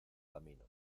camino